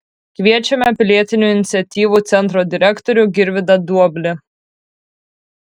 kviečiame pilietinių iniciatyvų centro direktorių girvydą duoblį